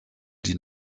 die